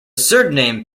surname